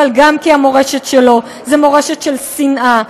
אבל גם כי המורשת שלו היא מורשת של שנאה,